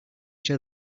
other